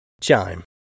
Chime